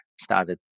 started